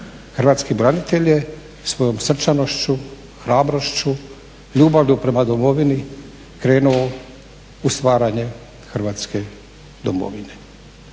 Hrvatski branitelj je svojom srčanošću, hrabrošću, ljubavlju prema Domovini krenuo u stvaranje Hrvatske domovine.